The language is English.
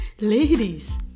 ladies